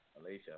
Alicia